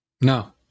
No